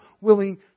willing